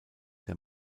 der